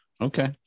Okay